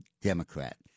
Democrat